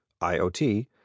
IoT